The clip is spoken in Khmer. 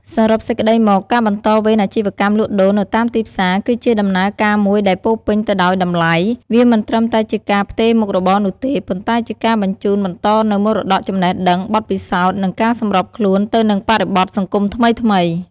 សរុបសេចក្តីមក ការបន្តវេនអាជីវកម្មលក់ដូរនៅតាមទីផ្សារគឺជាដំណើរការមួយដែលពោរពេញទៅដោយតម្លៃ វាមិនត្រឹមតែជាការផ្ទេរមុខរបរនោះទេ ប៉ុន្តែជាការបញ្ជូនបន្តនូវមរតកចំណេះដឹង បទពិសោធន៍ និងការសម្របខ្លួនទៅនឹងបរិបទសង្គមថ្មីៗ។